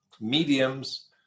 mediums